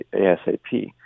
ASAP